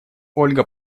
ольга